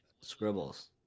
scribbles